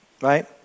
right